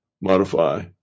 modify